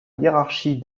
hiérarchie